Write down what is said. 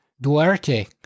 Duarte